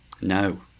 No